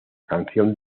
canción